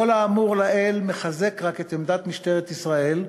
כל האמור לעיל רק מחזק את עמדת משטרת ישראל,